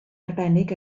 arbennig